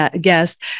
guest